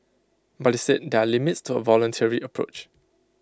but IT said there are limits to A voluntary approach